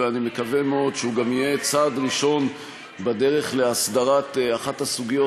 ואני מקווה מאוד שהוא גם יהיה צעד ראשון בדרך להסדרת אחת הסוגיות,